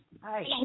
Hi